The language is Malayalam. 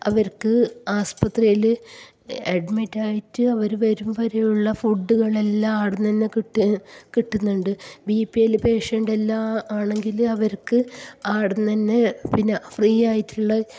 അവർക്ക് ആശുപത്രിയിൽ അഡ്മിറ്റ് ആയിട്ട് അവർ വരും വരെയുള്ള ഫുഡുകളെല്ലാം അവിടുന്ന് തന്നെ കിട്ടുന്നുണ്ട് ബി പി എൽ പേഷ്യൻ്റ് എല്ലാം ആണെങ്കിൽ അവർക്ക് അവിടുന്ന് തന്നെ പിന്നെ ഫ്രീ ആയിട്ടുള്ള